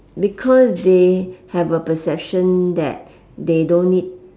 because they have a perception that they don't need